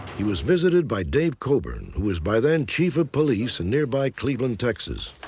he was visited by dave colburn who was, by then, chief of police in nearby cleveland, texas.